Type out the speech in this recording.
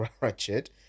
Ratchet